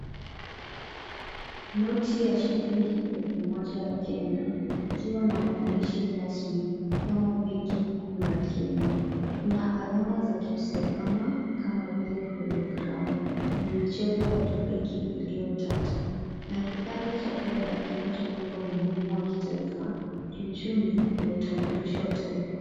Noti ya shilingi elfu moja ya Kenya, ikiwa na maandishi rasmi, kama benki kuu la Kenya. Kuna alama za kiusalama, kama vile hologramu, na michoro ya kibenki iliyotata. Na kipande cha fedha kinachobeba umuhimu wa kitaifa, kiuchumi, na utambulisho wa taifa.